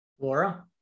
Laura